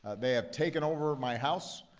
they have taken over my house.